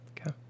Okay